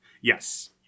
yes